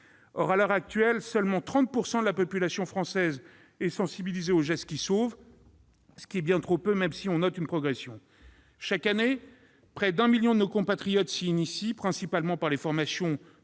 À l'heure actuelle, seulement 30 % de la population française est sensibilisée aux gestes qui sauvent, ce qui est bien trop peu, même si l'on note une progression. Chaque année, près d'un million de nos compatriotes s'y initient, principalement par les formations « Prévention et